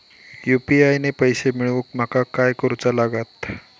UPI ने पैशे मिळवूक माका काय करूचा लागात?